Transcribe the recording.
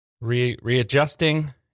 readjusting